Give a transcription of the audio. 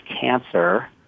cancer